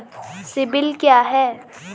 CIBIL क्या है?